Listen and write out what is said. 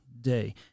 day